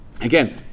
Again